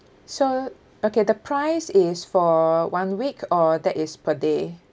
so okay the price is for one week or that is per day